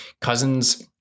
Cousins